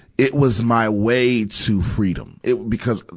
it was my way to freedom. it, because,